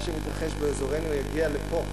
מה שמתרחש באזורנו יגיע לפה.